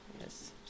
yes